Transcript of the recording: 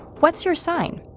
what's your sign?